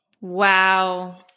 Wow